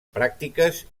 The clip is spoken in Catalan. pràctiques